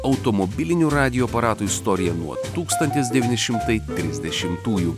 automobilinių radijo aparatų istorija nuo tūkstantis devyni šimtai trisdešimtųjų